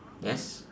yes